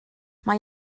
mae